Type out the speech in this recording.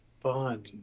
fun